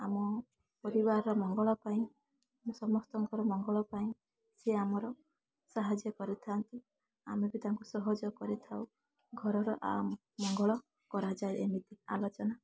ଆମ ପରିବାରର ମଙ୍ଗଳ ପାଇଁ ସମସ୍ତଙ୍କର ମଙ୍ଗଳ ପାଇଁ ସିଏ ଆମର ସାହାଯ୍ୟ କରିଥାନ୍ତି ଆମେ ବି ତାଙ୍କୁ ସହଯୋଗ କରିଥାଉ ଘରର ଆ ମଙ୍ଗଳ କରାଯାଏ ଏମିତି ଆଲୋଚନା